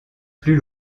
plus